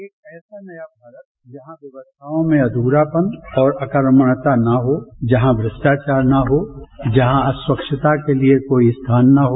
एक ऐसा नया भारत जहां व्यवस्थाओं में अधूरापन और अर्कमण्यकता न हो जहां भ्रष्टाचार न हो जहां अस्वच्छता के लिए कोई स्थान न हो